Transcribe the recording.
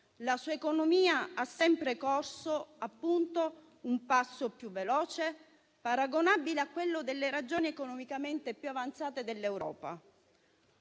la sua economia ha sempre corso, appunto, un passo più veloce, paragonabile a quello delle regioni economicamente più avanzate dell'Europa.